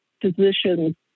physicians